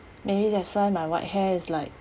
maybe that's why my white hair is like